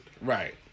Right